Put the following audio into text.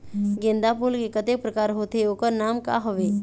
गेंदा फूल के कतेक प्रकार होथे ओकर नाम का हवे?